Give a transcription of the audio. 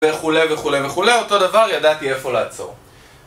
וכולי וכולי וכולי, אותו דבר ידעתי איפה לעצור.